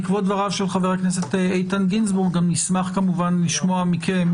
בעקבות דבריו של איתן גינזבורג גם נשמח לשמוע מכם,